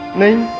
naina